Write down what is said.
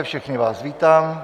Všechny vás vítám.